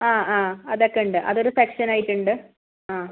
ആ ആ അതൊക്കെ ഉണ്ട് അതൊരു സെക്ഷൻ ആയിട്ട് ഉണ്ട് ആ